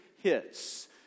hits